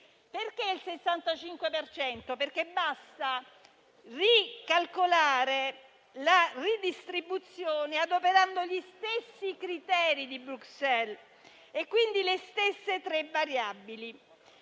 Perché questa percentuale? Basta ricalcolare la ridistribuzione adoperando gli stessi criteri di Bruxelles e, quindi, le stesse tre variabili.